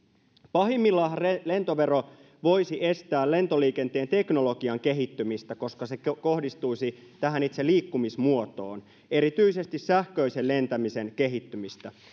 pahimmillaanhan lentovero voisi estää lentoliikenteen teknologian kehittymistä koska se kohdistuisi tähän itse liikkumismuotoon erityisesti sähköisen lentämisen kehittymistä